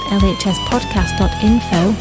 lhspodcast.info